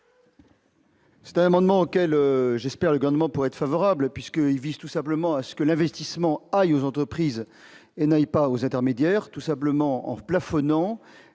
C'est un amendement auquel j'espère grandement poète être favorable puisque il vise tout simplement à ce que l'investissement aille aux entreprises et n'aille pas aux intermédiaires. Tout simplement en plafonnant